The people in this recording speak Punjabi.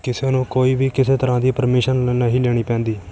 ਕਿਸੇ ਨੂੰ ਕੋਈ ਵੀ ਕਿਸੇ ਤਰ੍ਹਾਂ ਦੀ ਪਰਮੀਸ਼ਨ ਨਹੀਂ ਲੈਣੀ ਪੈਂਦੀ